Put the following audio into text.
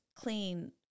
Clean